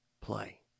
Play